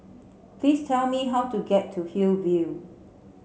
please tell me how to get to Hillview